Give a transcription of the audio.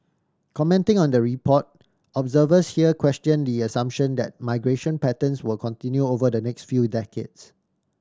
commenting on the report observers here question the assumption that migration patterns will continue over the next few decades